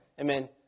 amen